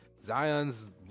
Zion's